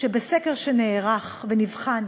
שבסקר שנערך ונבחן,